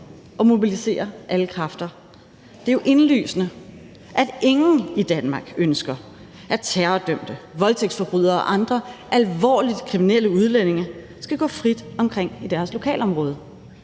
og mobilisere alle kræfter? Det er jo indlysende, at ingen i Danmark ønsker, at terrordømte, voldtægtsforbrydere og andre alvorligt kriminelle udlændinge skal gå frit omkring i deres lokalområde.